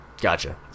Gotcha